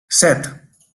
set